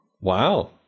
Wow